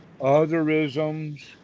otherisms